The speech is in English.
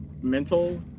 Mental